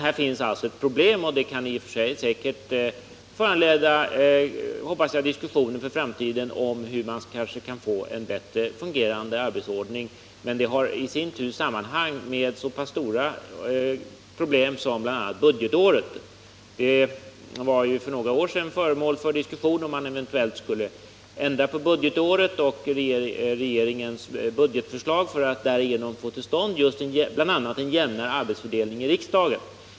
Här finns alltså ett problem som i och för sig, hoppas jag, kan föranleda diskussioner om hur vi skall få en bättre fungerande arbetsordning för framtiden. Men det hänger i sin tur samman med så stora problem som budgetårets placering. En ändring av budgetåret och tidpunkten för regeringens budgetförslag för att därigenom få till stånd en jämnare arbetsfördelning i riksdagen var för några år sedan föremål för diskussion.